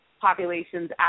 populations